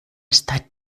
está